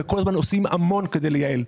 כל הזמן עושים הכל כדי לייעל.